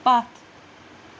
پتھ